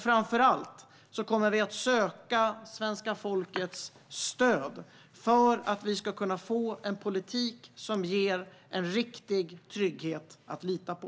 Framför allt kommer vi att söka svenska folkets stöd för en politik som ger en riktig trygghet att lita på.